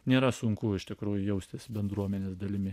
nėra sunku iš tikrųjų jaustis bendruomenės dalimi